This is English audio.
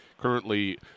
Currently